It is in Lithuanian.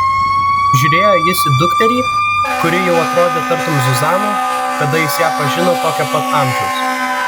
žiūrėjo jis į dukterį kuri jau atrodė tartum zuzana kada jis ją pažino tokio pat amžiaus